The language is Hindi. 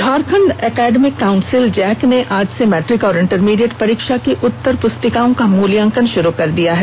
झारखंड एकेडमिक काउंसिल जैक ने आज से मैट्रिक और इंटरमीडियेट परीक्षा की उत्तरपुस्तिकाओं का मूल्यांकन शुरू कर दिया है